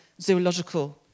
zoological